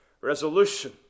resolution